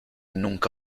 nunca